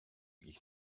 ich